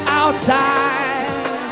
outside